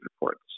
reports